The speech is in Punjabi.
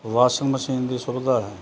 ਵਾਸ਼ਿੰਗ ਮਸ਼ੀਨ ਦੀ ਸੁਵਿਧਾ ਹੈ